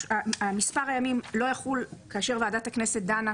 מספר הימים לא יחול כאשר ועדת הכנסת דנה,